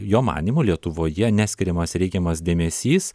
jo manymu lietuvoje neskiriamas reikiamas dėmesys